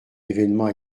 événement